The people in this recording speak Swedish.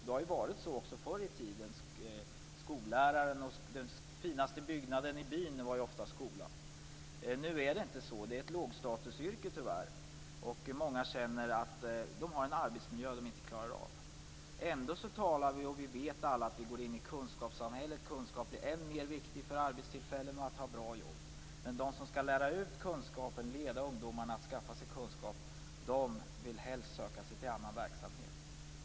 Det har varit så också förr i tiden. Den finaste byggnaden i byn var ofta skolan. Nu är det inte det. Läraryrket är tyvärr ett lågstatusyrke. Många känner att de har en arbetsmiljö de inte klarar av. Ändå talar vi om och vet alla att vi går in i kunskapssamhället. Kunskap blir än mer viktig för arbetstillfällen och för att ha bra jobb. Men de som skall lära ut kunskapen, leda ungdomarna att skaffa sig kunskap, vill hellre söka sig till annan verksamhet.